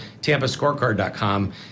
tampascorecard.com